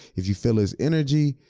if you feel his energy,